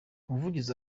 umuvugizi